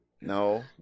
No